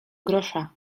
grosza